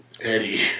Eddie